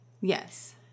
Yes